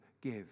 give